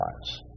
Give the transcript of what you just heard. lives